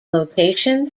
location